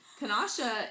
Kanasha